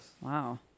wow